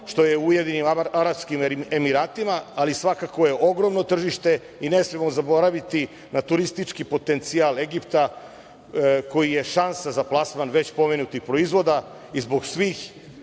što je u Ujedinjenim Arapskim Emiratima, ali svakako je ogromno tržište i ne smemo zaboraviti na turistički potencijal Egipta koji je šansa za plasman već pomenutih proizvoda i zbog svih